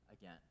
again